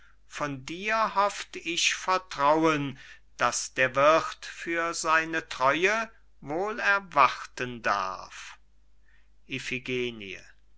von dir hofft ich vertrauen das der wirth für seine treue wohl erwarten darf